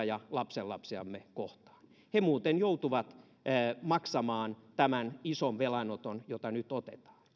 ja lapsenlapsiamme kohtaan he joutuvat muuten maksamaan tämän ison velan jota nyt otetaan